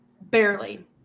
barely